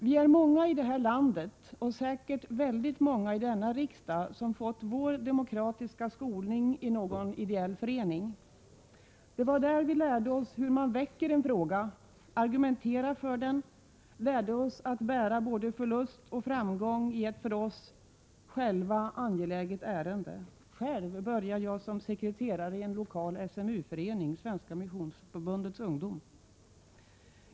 Vi är många i det här landet, och säkert väldigt många i riksdagen, som fått vår demokratiska skolning i någon ideell förening. Det var där vi lärde oss hur man väcker och argumenterar för en fråga, och det var där vi lärde oss att bära både förlust och framgång i ett för oss själva angeläget ärende. Själv började jag som sekreterare i en lokal förening inom Svenska missionsförbundets ungdom, SMU.